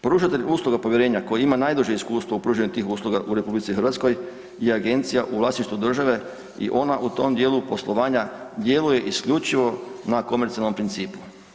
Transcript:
Pružatelj usluga povjerenja koji ima najduže iskustvo u pružanju tih usluga u Republici Hrvatskoj je agencija u vlasništvu države i ona u tom dijelu poslovanja djeluje isključivo na komercijalnom principu.